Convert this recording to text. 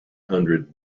hundred